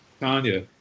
tanya